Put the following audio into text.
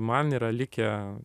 man yra likę